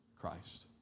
Christ